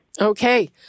Okay